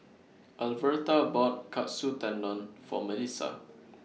Alverta bought Katsu Tendon For Melissa